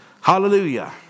Hallelujah